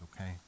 okay